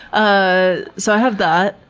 ah so, i have that.